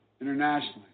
internationally